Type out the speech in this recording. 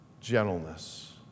gentleness